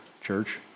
church